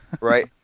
Right